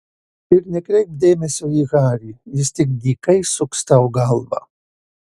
ir nekreipk dėmesio į harį jis tik dykai suks tau galvą